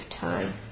time